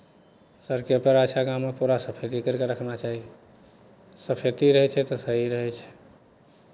सड़के पेरा छै गाममे पूरा सफैती करि कऽ रखना चाही सफैती रहै छै तऽ सही रहै छै